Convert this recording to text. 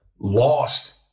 lost